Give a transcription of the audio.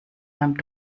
beim